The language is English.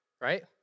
Right